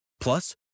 plus